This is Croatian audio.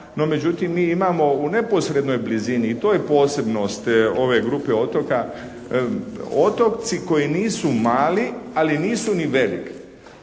No međutim mi imamo u neposrednoj blizini i to je posebnost ove grupe otoka, otoci koji nisu mali ali nisu ni veliki.